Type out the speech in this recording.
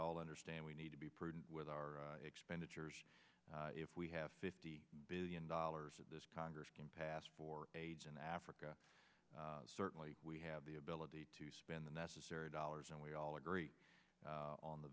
all understand we need to be prudent with our expenditures if we have fifty billion dollars of this congress can pass for aids in africa certainly we have the ability to spend the necessary dollars and we all agree on the